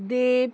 দে